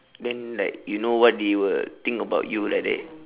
then like you know what they will think about you like that